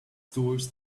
tools